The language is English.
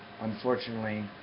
unfortunately